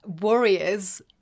warriors